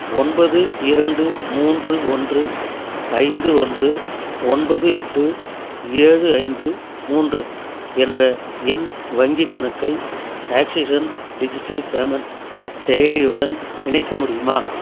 ஒன்பது இரண்டு மூன்று ஒன்று ஐந்து ஒன்று ஒன்பது எட்டு ஏழு ஐந்து மூன்று என்ற என் வங்கிக் கணக்கை ஆக்ஸிஜன் டிஜிட்டல் பேமெண்ட் செயலியுடன் இணைக்க முடியுமா